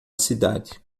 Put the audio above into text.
cidade